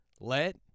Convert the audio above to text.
Let